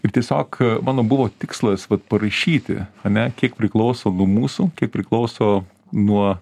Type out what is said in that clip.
ir tiesiog mano buvo tikslas vat parašyti ane kiek priklauso nuo mūsų kiek priklauso nuo